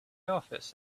office